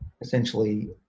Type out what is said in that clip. essentially